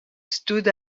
stood